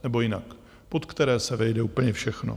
Nebo jinak pod které se vejde úplně všechno.